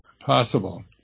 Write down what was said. possible